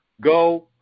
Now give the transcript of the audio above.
go